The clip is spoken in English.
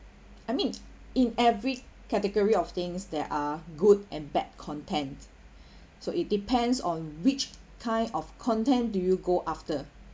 I mean in every category of things there are good and bad content so it depends on which kind of content do you go after